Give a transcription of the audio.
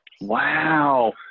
Wow